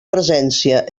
presència